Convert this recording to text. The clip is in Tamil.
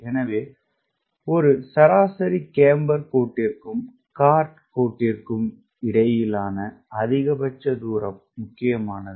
எனவே சராசரி கேம்பர் கோட்டிற்கும் கார்ட் கோட்டிற்கும் இடையிலான அதிகபட்ச தூரம் முக்கியமானது